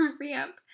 ramp